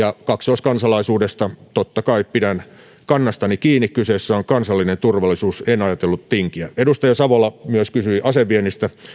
ja kaksoiskansalaisuudesta totta kai pidän kannastani kiinni kyseessä on kansallinen turvallisuus en ajatellut tinkiä edustaja savola myös kysyi aseviennistä